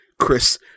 Chris